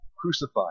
crucified